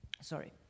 sorry